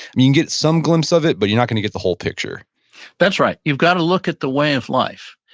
get some glimpse of it, but you're not going to get the whole picture that's right. you've got to look at the way of life.